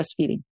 breastfeeding